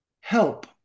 help